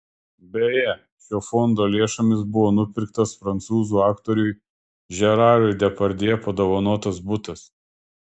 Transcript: beje šio fondo lėšomis buvo nupirktas prancūzų aktoriui žerarui depardjė padovanotas butas